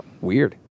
Weird